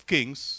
Kings